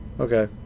Okay